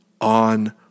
on